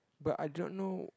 but I don't know